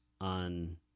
on